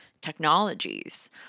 technologies